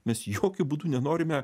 mes jokiu būdu nenorime